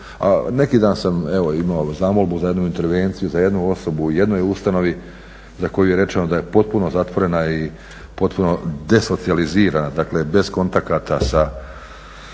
neki dan sam evo imao zamolbu za jednu intervenciju za jednu osobu u jednoj ustanovi za koju je rečeno da je potpuno zatvorena i potpuno desocijalizirana, dakle bez kontakata sa